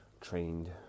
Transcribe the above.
trained